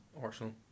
Arsenal